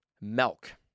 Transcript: Milk